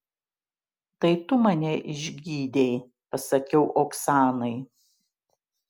tai tu mane išgydei pasakiau oksanai